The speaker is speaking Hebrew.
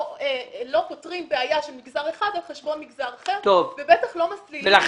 לא פותרים בעיה של מגזר אחד על חשבון מגזר אחר ובטח לא מסלילים.